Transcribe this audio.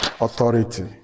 authority